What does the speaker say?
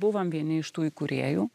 buvom vieni iš tų įkūrėjų